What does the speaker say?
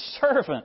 servant